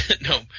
No